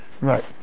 Right